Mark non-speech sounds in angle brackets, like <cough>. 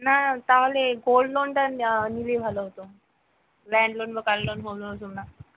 না তাহলে গোল্ড লোনটা নিলেই ভালো হতো ল্যান্ড লোন বা কার লোন হোম লোন <unintelligible>